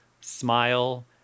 smile